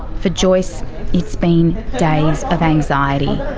for joyce it's been days of anxiety,